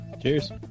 Cheers